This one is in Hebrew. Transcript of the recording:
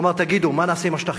הוא אמר: תגידו, מה נעשה עם השטחים?